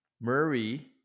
Murray